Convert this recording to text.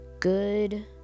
good